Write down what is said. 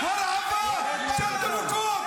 נא להוריד אותו מהדוכן.